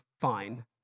fine